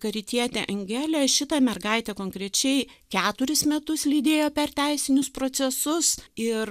karitietė angelė šitą mergaitę konkrečiai keturis metus lydėjo per teisinius procesus ir